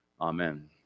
Amen